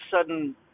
sudden